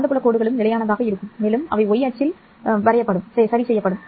காந்தப்புலக் கோடுகளும் நிலையானதாக இருக்கும் மேலும் அவை y அச்சில் சரி செய்யப்படும்